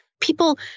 People